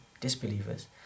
disbelievers